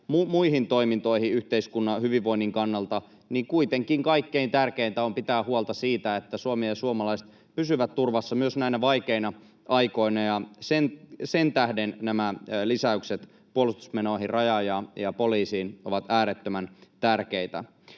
muihin toimintoihin yhteiskunnan ja hyvinvoinnin kannalta, niin kuitenkin kaikkein tärkeintä on pitää huolta siitä, että Suomi ja suomalaiset pysyvät turvassa myös näinä vaikeina aikoina, ja sen tähden nämä lisäykset puolustusmenoihin, Rajaan ja poliisiin ovat äärettömän tärkeitä.